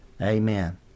Amen